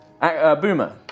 Boomer